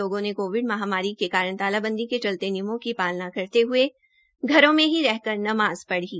लोगो ने कोविड महामारी के कारण तालाबंदी के चलते नियमों की पालना करते हए घरों में ही रहकर नमाज पढ़ी